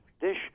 dish